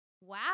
wow